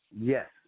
Yes